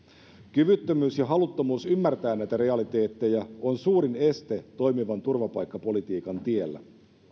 kyvyttömyys ja haluttomuus ymmärtää näitä realiteetteja on suurin este toimivan turvapaikkapolitiikan tiellä